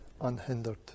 unhindered